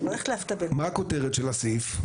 מה הכותרת של הסעיף?